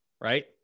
right